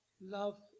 love